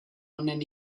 honen